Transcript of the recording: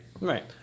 Right